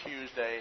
Tuesday